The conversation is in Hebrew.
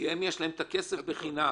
להם יש כסף בחינם.